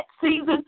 season